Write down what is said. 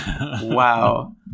Wow